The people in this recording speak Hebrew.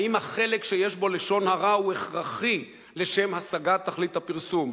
האם החלק שיש בו לשון הרע הוא הכרחי לשם השגת תכלית הפרסום,